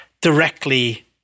directly